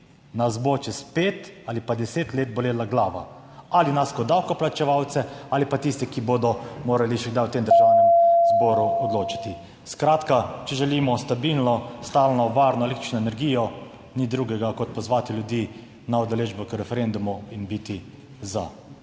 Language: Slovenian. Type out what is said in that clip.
nas bo čez pet ali pa deset let bolela glava: ali nas kot davkoplačevalce ali pa tiste, ki bodo morali še kdaj v tem Državnem zboru odločiti. Skratka, če želimo stabilno, stalno, varno električno energijo ni drugega kot pozvati ljudi na udeležbo k referendumu in biti za.